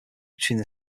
between